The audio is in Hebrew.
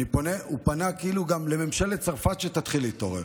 הוא כאילו פנה גם לממשלת צרפת, שתתחיל להתעורר.